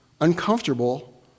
uncomfortable